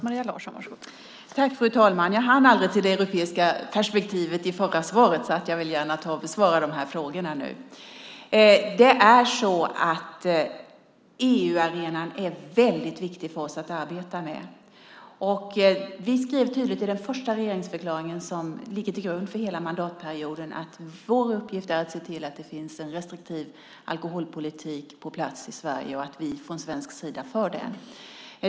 Fru talman! Jag hann aldrig till det europeiska perspektivet i det förra svaret, så jag vill gärna ta och besvara de frågorna nu. EU-arenan är väldigt viktig för oss att arbeta med. Vi skrev tydligt i den första regeringsförklaringen som ligger till grund för hela mandatperioden att vår uppgift är att se till att det finns en restriktiv alkoholpolitik på plats i Sverige och att vi från svensk sida för den.